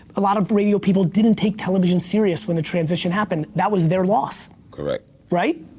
a lot of radio people didn't take television serious when the transition happened. that was their loss. correct. right?